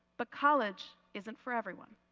but college isn't for everyone.